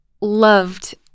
loved